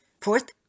Fourth